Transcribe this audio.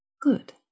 Good